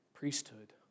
priesthood